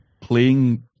playing